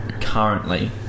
currently